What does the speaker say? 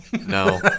no